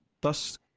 thus